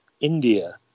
india